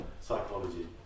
psychology